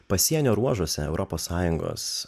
pasienio ruožuose europos sąjungos